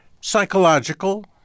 Psychological